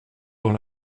dans